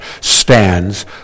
stands